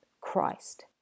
Christ